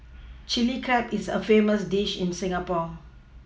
Chilli Crab is a famous dish in Singapore